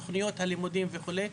תוכניות הלימודים וכו'.